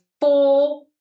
four